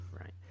Right